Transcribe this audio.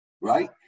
right